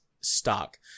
stock